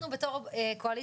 אנחנו בתור קואליציה,